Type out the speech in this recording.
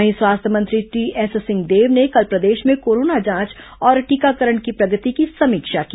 वहीं स्वास्थ्य मंत्री टीएस सिंहदेव ने कल प्रदेश में कोरोना जांच और टीकाकरण की प्रगति की समीक्षा की